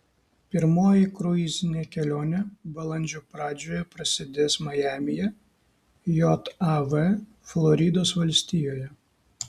pirmoji kruizinė kelionė balandžio pradžioje prasidės majamyje jav floridos valstijoje